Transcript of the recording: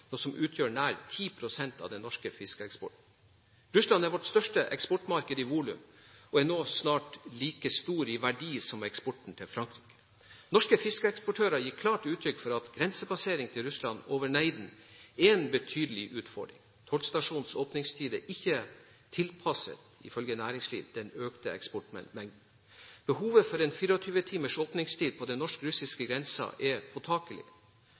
noe som utgjør nær 10 pst. av den norske fiskeeksporten. Russland er vårt største eksportmarked i volum og er nå snart like stor i verdi som eksporten til Frankrike. Norske fiskeeksportører gir klart uttrykk for at grensepassering til Russland over Neiden er en betydelig utfordring. Tollstasjonens åpningstider er ifølge næringslivet ikke tilpasset den økte eksportmengden. Behovet for en 24 timers åpningstid på den norsk-russiske grensen er påtakelig.